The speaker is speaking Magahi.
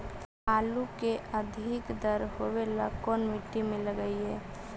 आलू के अधिक दर होवे ला कोन मट्टी में लगीईऐ?